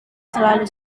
selalu